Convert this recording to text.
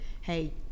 hey